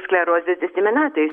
sklerozės desiminatai